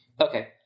Okay